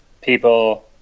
people